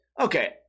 okay